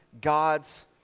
God's